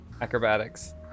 acrobatics